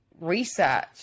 research